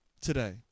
today